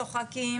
צוחקים